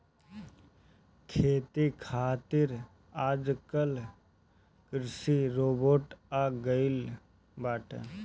खेती खातिर आजकल कृषि रोबोट आ गइल बाटे